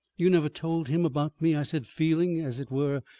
you never told him about me? i said, feeling, as it were,